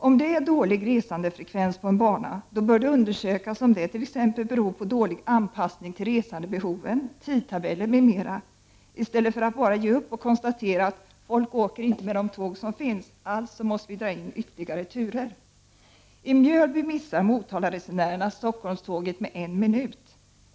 Om det är dålig resandefrekvens på en bana, då bör det undersökas om det t.ex. beror på dålig anpassning till resandebehoven i stället för att bara ge upp och konstatera ”Folk åker inte med de tåg som finns, alltså måste vi dra in ytterligare turer”. I Mjölby missar Motalaresenärerna Stockholmståget med en minut.